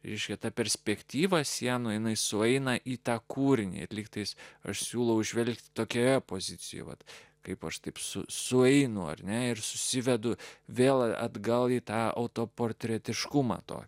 į šitą perspektyvą sienoje jinai sueina į tą kūrinį atliktais aš siūlau žvelgti tokioje pozicijoje vat kaip aš taip su sueinu ar ne ir susivedu vėl atgal į tą autoportretiškumą tokį